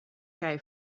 guy